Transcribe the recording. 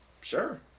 Sure